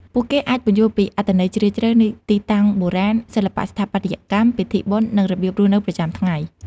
ពួកគេអាចពន្យល់ពី អត្ថន័យជ្រាលជ្រៅ នៃទីតាំងបុរាណ សិល្បៈស្ថាបត្យកម្ម ពិធីបុណ្យ និងរបៀបរស់នៅប្រចាំថ្ងៃ។